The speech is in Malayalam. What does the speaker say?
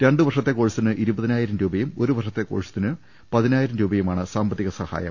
രണ്ടുവർഷത്തെ കോഴ്സിന് ഇരുപതിനായിരം രൂപയും ഒരുവർഷത്തെ കോഴ്സിന് പതിനായിരം രൂപയു മാണ് സാമ്പത്തിക സഹായം